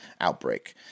outbreak